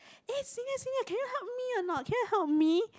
eh senior senior can you help me or not can you help me